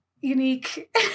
unique